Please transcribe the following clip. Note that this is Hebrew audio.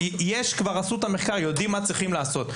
כבר עשו את המחקר ויודעים בדיוק מה צריכים לעשות.